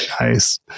Nice